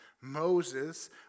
Moses